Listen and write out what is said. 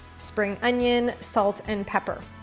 spring onion, salt, and pepper.